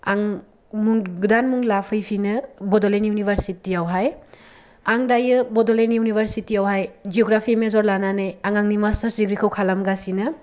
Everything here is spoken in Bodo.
आं गोदान मुं लाफैफिनो बड'लेण्ड इउनिभारसितिआवहाय आं दायो बड'लेण्ड इउनिभारसितियावहाय जग्राफि मेजर लानानै आं आंनि मासथार डिग्रिखौ खालामगासिनो